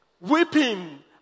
Weeping